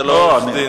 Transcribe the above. אתה לא עורך-דין,